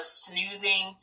snoozing